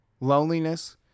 loneliness